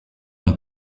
ont